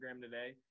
today